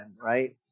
right